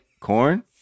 Corn